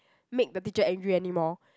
make the teacher angry anymore